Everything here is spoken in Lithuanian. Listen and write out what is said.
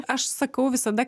aš sakau visada